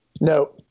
No